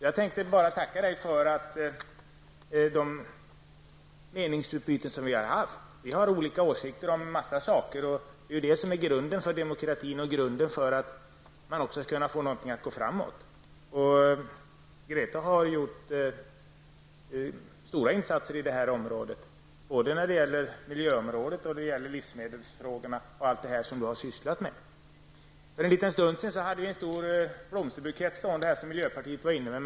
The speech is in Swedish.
Jag tänkte alltså bara tacka dig, Grethe, för de meningsutbyten som vi har haft. Vi har olika åsikter om en mängd saker. Men det är ju sådant som är grunden för en demokrati och för att arbetet kan gå framåt. Grethe har gjort stora insatser i det här sammanhanget både när det gäller miljöområdet och när det gäller livsmedelsfrågorna. Det är många saker som du, Grethe, har sysslat med. För en stund sedan fanns det en stor blombukett här framme. Det var miljöpartiet som kom in med den.